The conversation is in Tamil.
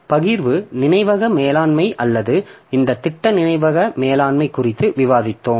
பகிர்வு நினைவக மேலாண்மை அல்லது இந்த திட்ட நினைவக மேலாண்மை குறித்து விவாதித்தோம்